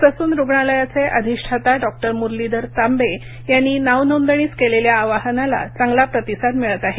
Sassoon रुग्णालयाचे अधिष्ठाता doctor Murlidhar Tambe यांनी नावनोंदणीस केलेल्या आवाहनाला चांगला प्रतिसाद मिळत आहे